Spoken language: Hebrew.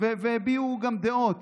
והביעו גם דעות